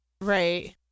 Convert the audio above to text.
Right